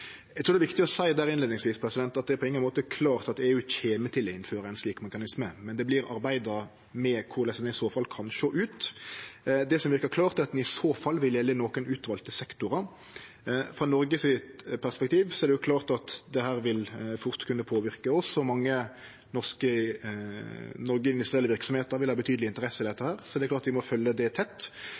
Eg trur det er viktig å seie innleiingsvis at det på ingen måte er klart at EU kjem til å innføre ein slik mekanisme, men det blir arbeidd med korleis han i så fall kan sjå ut. Det som verkar klart, er at det i så fall vil gjelde nokre utvalde sektorar. Frå Noregs perspektiv er det klart at dette fort vil kunne påverke oss. Mange norske verksemder vil ha betydelege interesser i dette, og det er klart at vi må følgje det tett.